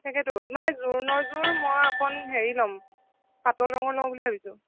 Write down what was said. তাকেতো মানে জোৰোণৰ যোৰ মই অকণ হেৰি ল'ম পাতল ৰঙৰ লওঁ বুলি ভাবিছোঁ